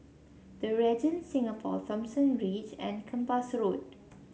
The Regent Singapore Thomson Ridge and Kempas Road